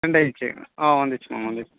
send ஆயிடிச்சு ஆ வந்துடுச்சு மேம் வந்துடுச்சு மேம்